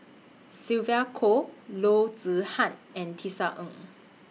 Sylvia Kho Loo Zihan and Tisa Ng